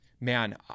man